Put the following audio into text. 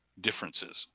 differences